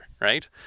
right